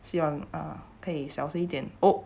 希望 uh 可以小声一点 oh